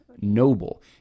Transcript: noble